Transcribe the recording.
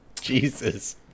jesus